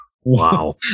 Wow